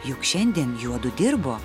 juk šiandien juodu dirbo